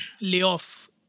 layoff